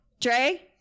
Dre